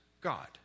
God